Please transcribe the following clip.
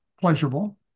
pleasurable